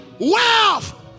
wealth